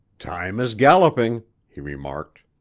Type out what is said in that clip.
time is galloping, he remarked.